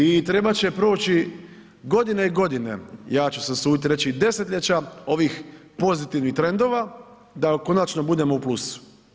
I trebat će proći godine i godine, ja ću se usudit reći i desetljeća ovih pozitivnih trendova da konačno budemo u plusu.